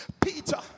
Peter